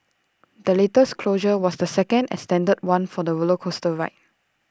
the latest closure was the second extended one for the roller coaster ride